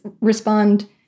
respond